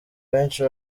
benshi